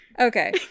Okay